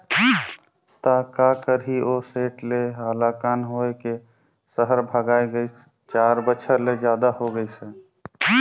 त का करही ओ सेठ ले हलाकान होए के सहर भागय गइस, चार बछर ले जादा हो गइसे